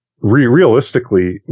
realistically